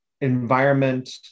environment